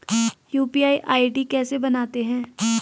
UPI ID कैसे बनाते हैं?